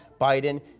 Biden